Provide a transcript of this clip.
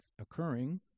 occurring